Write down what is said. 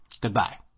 Goodbye